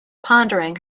pondering